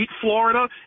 Florida